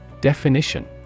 Definition